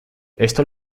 esto